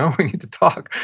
um we need to talk.